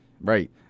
Right